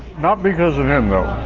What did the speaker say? not because of him though.